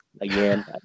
again